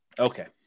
Okay